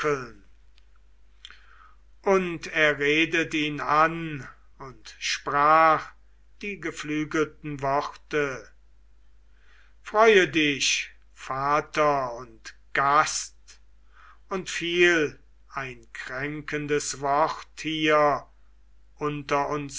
und er redet ihn an und sprach die geflügelten worte freue dich vater und gast und fiel ein kränkendes wort hier unter uns